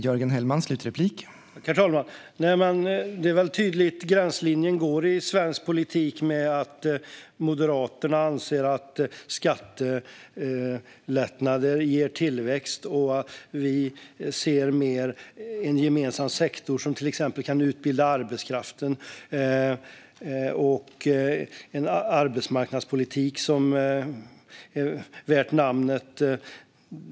Herr talman! Det är tydligt att gränslinjen i svensk politik går mellan Moderaterna som anser att skattelättnader ger tillväxt och oss som vill skapa tillväxt genom en gemensam sektor, som exempelvis kan utbilda arbetskraften, och en arbetsmarknadspolitik värd namnet.